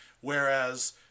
Whereas